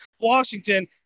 Washington